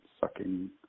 sucking